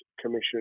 Commission